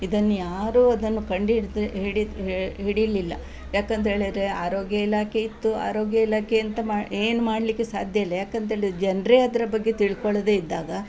ಇದನ್ನು ಯಾರು ಅದನ್ನು ಕಂಡು ಹಿಡ್ದು ಹಿಡಿ ಹಿಡಿಲಿಲ್ಲ ಯಾಕೆಂತೇಳಿದ್ರೆ ಆರೋಗ್ಯ ಇಲಾಖೆ ಇತ್ತು ಆರೋಗ್ಯ ಇಲಾಖೆ ಎಂತ ಮಾ ಏನು ಮಾಡಲಿಕ್ಕು ಸಾಧ್ಯ ಇಲ್ಲ ಯಾಕೆಂತೇಳಿರ್ ಜನರೇ ಅದರ ಬಗ್ಗೆ ತಿಳ್ಕೊಳ್ಳದೇ ಇದ್ದಾಗ